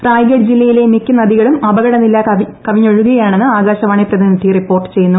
റായ്ഗഡ് ജില്ലയിലെ മിക്ക നദികളും അപകടനില കവിഞ്ഞൊഴുകുകയാണെന്ന് ആകാശവാണി പ്രതിനിധി റിപ്പോർട്ട് ചെയ്യുന്നു